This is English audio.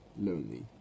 lonely